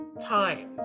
times